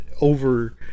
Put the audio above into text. over